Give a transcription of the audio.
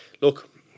look